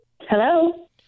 Hello